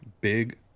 big